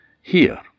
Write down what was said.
Here